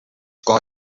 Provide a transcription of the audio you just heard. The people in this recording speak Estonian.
koha